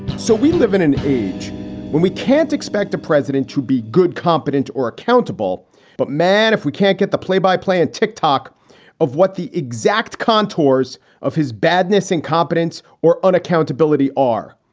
so we live in an age when we can't expect the president to be good, competent or accountable but man, if we can't get the play by play and tick tock of what the exact contours of his badness, incompetence or unaccountability are,